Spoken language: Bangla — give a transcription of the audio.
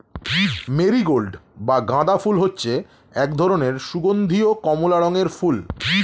মেরিগোল্ড বা গাঁদা ফুল হচ্ছে এক ধরনের সুগন্ধীয় কমলা রঙের ফুল